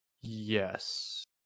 Yes